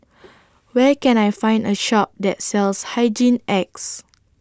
Where Can I Find A Shop that sells Hygin X